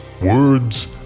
words